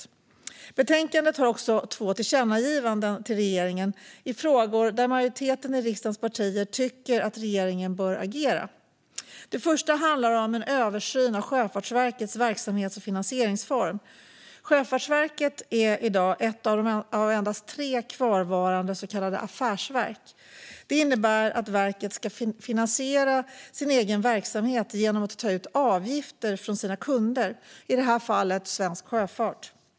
I betänkandet finns också två tillkännagivanden till regeringen i frågor där majoriteten i riksdagens partier tycker att regeringen bör agera. Det första handlar om en översyn av Sjöfartsverkets verksamhets och finansieringsform. Sjöfartsverket är i dag ett av endast tre kvarvarande så kallade affärsverk. Det innebär att verket ska finansiera sin egen verksamhet genom att ta ut avgifter från sina kunder, i detta fall svensk sjöfart.